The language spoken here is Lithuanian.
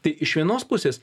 tai iš vienos pusės